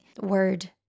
Word